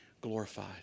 glorified